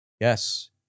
yes